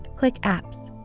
click apps.